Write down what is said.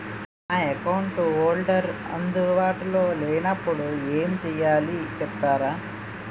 Account holder అందు బాటులో లే నప్పుడు ఎం చేయాలి చెప్తారా?